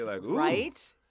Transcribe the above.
right